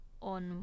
on